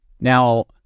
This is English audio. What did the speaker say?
Now